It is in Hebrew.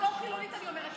בתור חילונית אני אומרת לך,